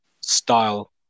style